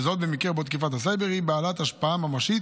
וזאת במקרה דבו תקיפת הסייבר היא בעלת השפעה ממשית